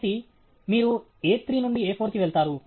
కాబట్టి మీరు A3 నుండి A4 కి వెళ్తారు